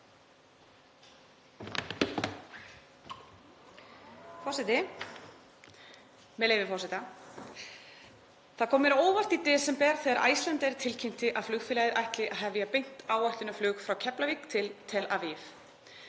Forseti. Með leyfi forseta: „Það kom mér á óvart í desember þegar Icelandair tilkynnti að flugfélagið ætli að hefja beint áætlunarflug frá Keflavík til Tel Aviv.